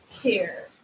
care